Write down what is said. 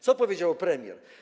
Co powiedział premier?